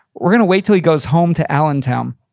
we're gonna wait till he goes home to allentown.